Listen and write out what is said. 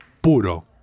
puro